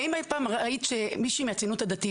האם אי פעם ראית שמישהו מהציונות הדתית